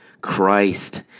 Christ